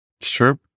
Sure